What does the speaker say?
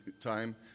time